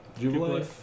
jubilee